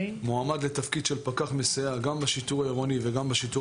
מועמד לתפקיד של פקח מסייע גם בשיטור העירוני וגם בשיטור